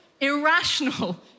irrational